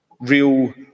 Real